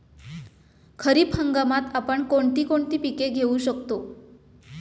खरीप हंगामात आपण कोणती कोणती पीक घेऊ शकतो?